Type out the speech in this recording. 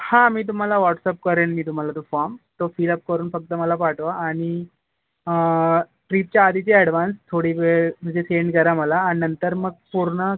हां मी तुम्हाला व्हॉट्सअॅप करेन मी तुम्हाला तो फॉर्म तो फील अप करून फक्त मला पाठवा आणि ट्रीपच्या आधीचे अॅडव्हान्स थोडी वेळ म्हणजे सेंड करा मला आणि नंतर मग पूर्ण